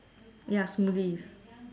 ya smoothies